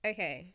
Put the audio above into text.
Okay